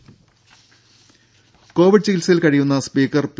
രംഭ Covid ചികിത്സയിൽ കഴിയുന്ന speaker P